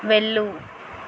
వెళ్ళు